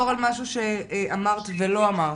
משהו שאמרת ולא אמרת.